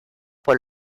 por